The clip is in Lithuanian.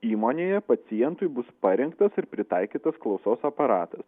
įmonėje pacientui bus parinktas ir pritaikytas klausos aparatas